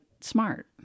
smart